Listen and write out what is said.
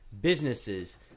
businesses